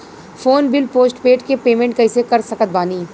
Phone bill postpaid के payment कैसे कर सकत बानी?